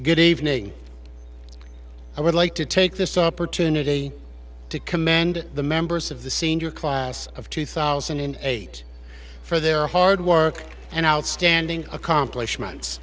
good evening i would like to take this opportunity to commend the members of the senior class of two thousand and eight for their hard work and outstanding accomplishment